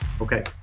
Okay